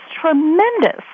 tremendous